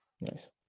Nice